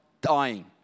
dying